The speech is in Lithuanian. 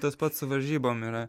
tas pats su varžybom yra